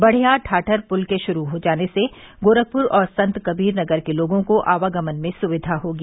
बढ़या गठर पुल के शुरू हो जाने से गोरखपुर और संतकबीरनगर के लोगों को आवागमन में सुविधा होगी